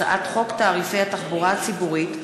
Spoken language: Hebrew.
הצעת חוק תעריפי התחבורה הציבורית,